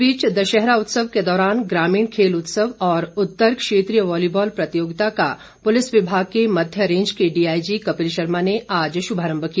इस बीच दशहरा उत्सव के दौरान ग्रामीण खेल उत्सव और उत्तर क्षेत्रीय वालीबॉल प्रतियोगिता का पुलिस विभाग के मध्य रेंज के डीआईजी कपिल शर्मा ने आज शुभारंभ किया